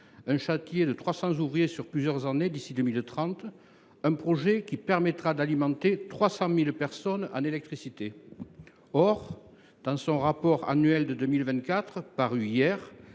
un chantier de 300 ouvriers sur plusieurs années d’ici à 2030. C’est un projet qui permettra d’alimenter 300 000 personnes en électricité. Or, dans son rapport public annuel de 2024, paru hier,